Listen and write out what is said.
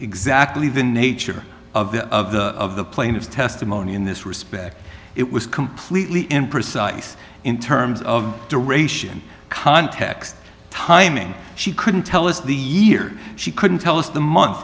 exactly the nature of the of the plaintiff's testimony in this respect it was completely imprecise in terms of to ration context timing she couldn't tell us the year she couldn't tell us the month